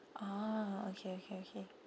ah okay okay okay